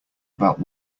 about